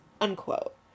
Unquote